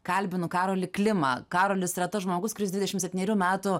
kalbinu karolį klimą karolis yra tas žmogus kuris dvidešimt septynerių metų